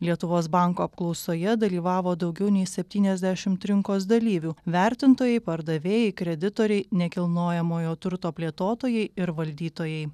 lietuvos banko apklausoje dalyvavo daugiau nei septyniasdešimt rinkos dalyvių vertintojai pardavėjai kreditoriai nekilnojamojo turto plėtotojai ir valdytojai